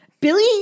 Billy